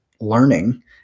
learning